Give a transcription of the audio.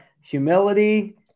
humility